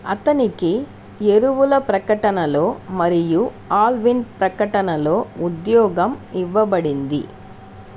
అతనికి ఎరువుల ప్రకటనలో మరియు ఆల్విన్ ప్రకటనలో ఉద్యోగం ఇవ్వబడింది